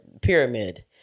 Pyramid